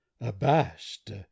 Abashed